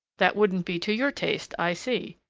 that wouldn't be to your taste, i see.